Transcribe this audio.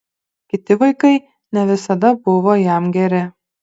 kiti vaikai ne visada buvo jam geri